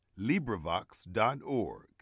LibriVox.org